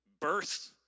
birth